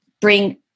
bring